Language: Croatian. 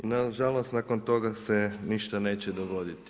Nažalost, nakon toga se ništa neće dogoditi.